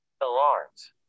Alarms